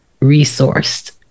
resourced